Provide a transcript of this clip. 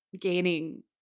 gaining